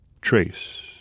trace